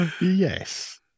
Yes